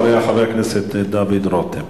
אחריה, חבר הכנסת דוד רותם.